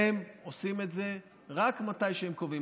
הם עושים את זה רק מתי שהם קובעים.